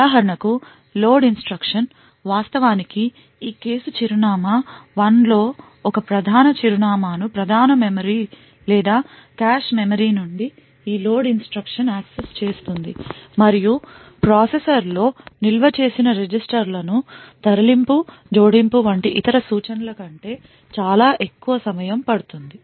ఉదాహరణకు load instruction వాస్తవానికి ఈ కేసు చిరునామా 1 లో ఒక ప్రధాన చిరునామా ను ప్రధాన మెమరీ లేదా కాష్ మెమరీ నుండి ఈ లోడ్ ఇన్స్ట్రక్షన్ యాక్సెస్ చేస్తుంది మరియు ప్రాసెసర్లో నిల్వ చేసిన రిజిస్టర్ల ను తరలింపు జోడించు వంటి ఇతర సూచనల కంటే చాలా ఎక్కువ సమయం పడుతుంది